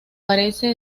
parece